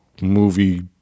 movie